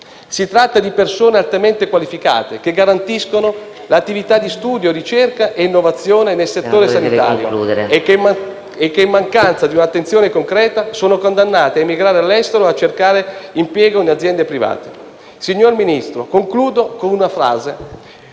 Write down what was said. Si tratta di persone altamente qualificate che garantiscono l'attività di studio, ricerca e innovazione nel settore sanitario e che, in mancanza di un'attenzione concreta, sono condannati a emigrare all'estero o a cercare impiego in aziende private. Signor Ministro, concludo con una frase